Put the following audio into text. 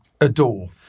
adore